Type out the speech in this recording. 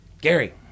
Gary